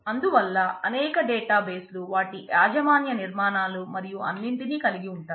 అందువల్ల అనేక డేటాబేస్ లు వాటి యాజమాన్య నిర్మాణాలు మరియు అన్నింటిని కలిగి ఉంటాయి